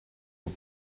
aux